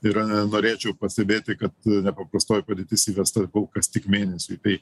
ir norėčiau pastebėti kad nepaprastoji padėtis įvesta kol kas tik mėnesiui tai